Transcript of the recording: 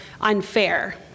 unfair